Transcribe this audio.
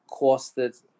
costed